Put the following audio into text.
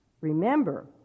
Remember